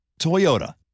Toyota